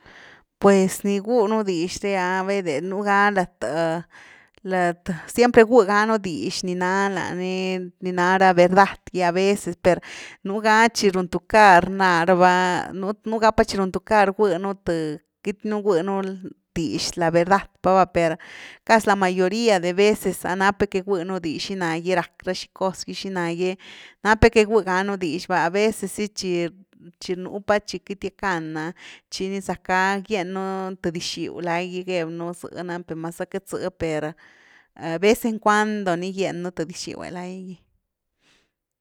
Pues ni bgui nú dix re’a baide nú ga lat- lat, siempre gygui ganú dix ni na la ni, ni ná ra verdad gy, a veces per nú ga chi run tuckar ná raba nú gap a chi run tucar guë nú th, queity nú guë nu dix la verdad pa va., per casi la mayoría de veces nap nú que giguinu dix xina gy rack ra xi cos’gy xina gy napnu que gigugánu dix va, aveces zy chi nú pa chi queity gackan’a chi ni zackgá gien nú th dix-xyw lai gi geby nú zë’ nany per mas zá queity zë, per, de vez en cuando ni gyen nú th dix-xyw’e laigi.